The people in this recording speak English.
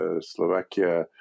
Slovakia